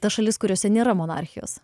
tas šalis kuriose nėra monarchijos